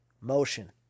Motion